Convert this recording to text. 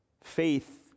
Faith